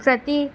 ప్రతి